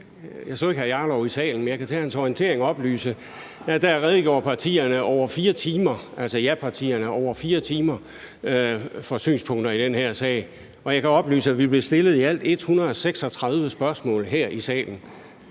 jeg kan til hans orientering oplyse, at da redegjorde japartierne i over 4 timer for synspunkter i den her sag, og jeg kan oplyse, at vi er blevet stillet i alt 136 spørgsmål her i salen.